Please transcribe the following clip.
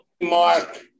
Mark